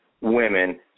women